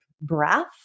breath